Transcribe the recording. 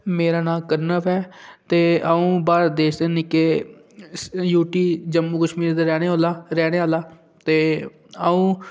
मेरा नांऽ कणव ऐ ते अ'ऊं भारत देश दे निक्के यूटी जम्मू कश्मीर दा रौह्ने आह्ला रौह्ने आह्ला ते अ'ऊं